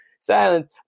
silence